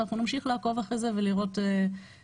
ואנחנו נמשיך לעקוב אחרי זה ולראות איך